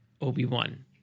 Obi-Wan